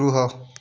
ରୁହ